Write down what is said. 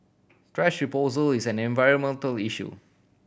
thrash disposal is an environmental issue